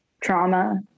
trauma